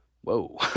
Whoa